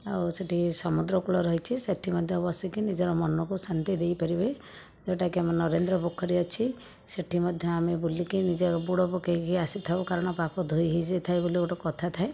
ଆଉ ସେଠି ସମୁଦ୍ର କୂଳ ରହିଛି ସେଠି ମଧ୍ୟ ବସିକି ନିଜର ମନକୁ ଶାନ୍ତି ଦେଇପାରିବେ ଯେଉଁଟାକି ଆମର ନରେନ୍ଦ୍ର ପୋଖରୀ ଅଛି ସେଠି ମଧ୍ୟ ଆମେ ବୁଲିକି ନିଜର ବୁଡ଼ ପକାଇକି ଆସିଥାଉ କାରଣ ପାପ ଧୋଇ ହୋଇଯାଇଥାଏ ବୋଲି ଗୋଟିଏ କଥା ଥାଏ